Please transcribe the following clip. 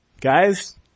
guys